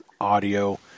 audio